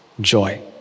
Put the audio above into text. joy